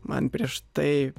man prieš tai